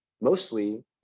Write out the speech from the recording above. mostly